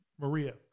Maria